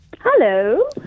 Hello